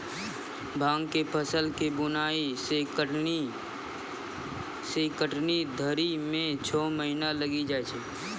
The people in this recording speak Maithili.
भाँग के फसल के बुनै से कटनी धरी मे छौ महीना लगी जाय छै